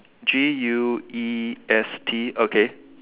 G U E S T okay